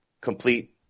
complete